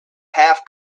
half